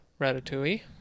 ratatouille